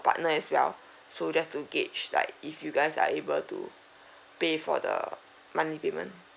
partner as well so just to gauge like if you guys are able to pay for the monthly payment